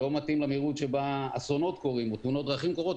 לא מתאים לקצב שבו אסונות קורים או תאונות דרכים קורות,